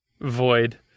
void